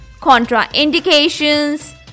contraindications